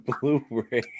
Blu-ray